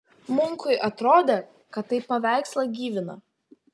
munkui atrodė kad tai paveikslą gyvina